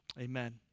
Amen